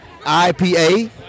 IPA